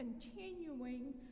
continuing